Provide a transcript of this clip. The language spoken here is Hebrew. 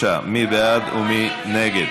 מי בעד ומי נגד?